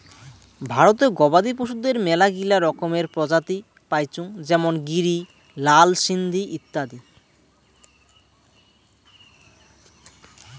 ভারতে গবাদি পশুদের মেলাগিলা রকমের প্রজাতি পাইচুঙ যেমন গিরি, লাল সিন্ধি ইত্যাদি